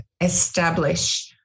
establish